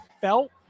felt